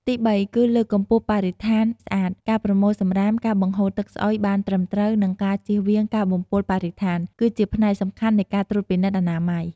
ទីបី គឺ លើកកម្ពស់បរិស្ថានស្អាត ការប្រមូលសំរាម ការបង្ហូរទឹកស្អុយបានត្រឹមត្រូវ និងការជៀសវាងការបំពុលបរិស្ថាន គឺជាផ្នែកសំខាន់នៃការត្រួតពិនិត្យអនាម័យ។